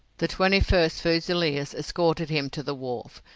the twenty first fusiliers escorted him to the wharf.